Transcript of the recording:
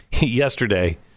yesterday